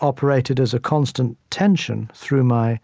operated as a constant tension through my